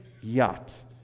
yacht